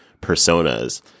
personas